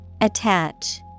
Attach